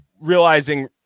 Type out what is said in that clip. realizing